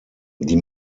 die